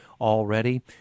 already